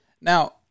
now